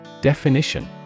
Definition